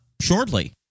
shortly